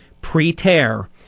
pre-tear